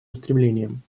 устремлениям